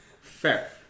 Fair